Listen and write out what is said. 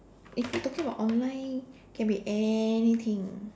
if you talking about online can be anything